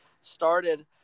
started